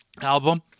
album